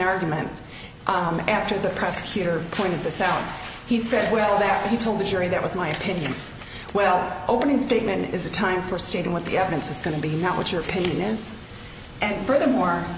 argument i'm after the prosecutor pointed this out he said well that he told the jury that was my opinion well opening statement is a time for stating what the evidence is going to be not what your opinion is and furthermore